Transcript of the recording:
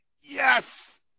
Yes